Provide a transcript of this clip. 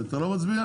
אתה לא מצביע,